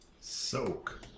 Soak